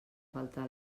faltar